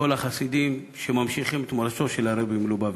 לכל החסידים שממשיכים את מורשתו של הרבי מלובביץ'.